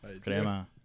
Crema